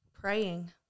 praying